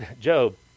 Job